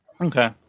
okay